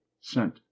sent